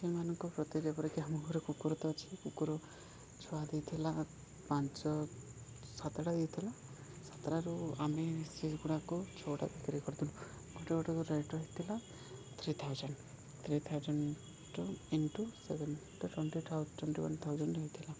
ସେମାନଙ୍କ ପ୍ରତି ଯେପରିକି ଆମ ଘରେ କୁକୁର ତ ଅଛି କୁକୁର ଛୁଆ ଦେଇଥିଲା ପାଞ୍ଚ ସାତଟା ଦେଇଥିଲା ସାତଟାରୁ ଆମେ ସେଗୁଡ଼ାକୁ ଛଅଟା ବିକ୍ରି କରିଦେଲୁ ଗୋଟେ ଗୋଟେ କରି ରେଟ୍ର ହେଇଥିଲା three thousand three thousand into seven twenty twenty one thousand ହେଇଥିଲା